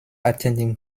attending